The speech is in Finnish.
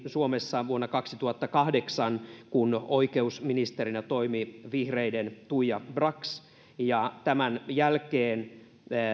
suomessa vuonna kaksituhattakahdeksan kun oikeusministerinä toimi vihreiden tuija brax ja tämän jälkeen